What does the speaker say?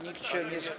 Nikt się nie.